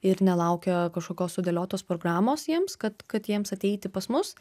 ir nelaukia kažkokios sudėliotos programos jiems kad kad jiems ateiti pas mus